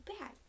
bad